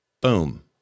Boom